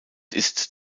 ist